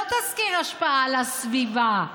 לא תסקיר השפעה על הסביבה,